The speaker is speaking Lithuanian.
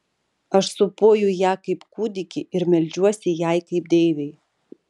aš sūpuoju ją kaip kūdikį ir meldžiuosi jai kaip deivei